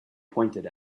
pointed